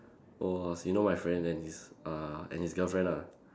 was you know my friend and his uh and his girlfriend ah